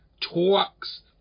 talks